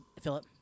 Philip